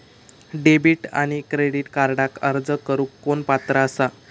Debit आणि credit कार्डक अर्ज करुक कोण पात्र आसा?